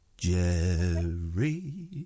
Jerry